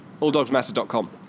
Alldogsmatter.com